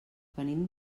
venim